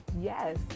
yes